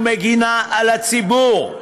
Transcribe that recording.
ומגינה על הציבור?